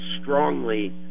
strongly